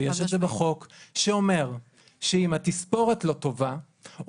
ויש את זה בחוק שאומר שאם התספורת לא טובה או